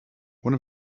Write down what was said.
one